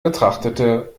betrachtete